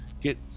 get